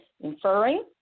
inferring